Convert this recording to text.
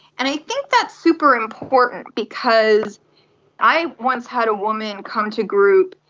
and i think that's super important because i once had a woman come to group,